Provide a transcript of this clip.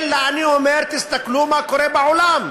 אלא אני אומר: תסתכלו מה קורה בעולם.